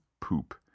poop